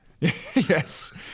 Yes